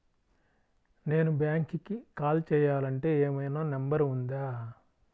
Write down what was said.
నేను బ్యాంక్కి కాల్ చేయాలంటే ఏమయినా నంబర్ ఉందా?